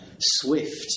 swift